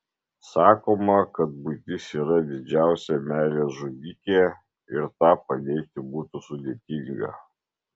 sakoma kad buitis yra didžiausia meilės žudikė ir tą paneigti būtų sudėtinga